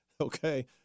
Okay